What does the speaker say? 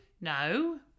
No